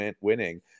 winning